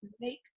make